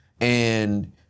and-